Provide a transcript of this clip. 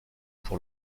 pour